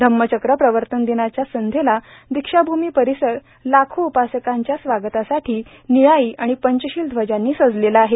धम्मचक्र प्रवर्तन दिनाच्या संध्येला दीक्षाभूमी परिसर लाखो उपासकांच्या स्वागतांसाठी निळाई आणि पंचशील ध्वजांनी सजलेला आहे